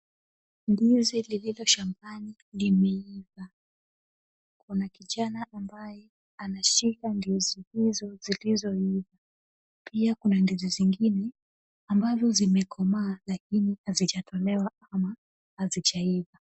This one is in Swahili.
Ndizi lililo shambani limeiva. Kuna kijana ambaye anashika ndizi hizo zilizoiva . Pia kuna ndizi zingine ambazo zimekomaa lakini hazijatolewa ama hazijaiva.